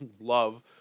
love